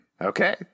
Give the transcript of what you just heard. okay